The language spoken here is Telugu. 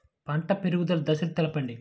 పంట పెరుగుదల దశలను తెలపండి?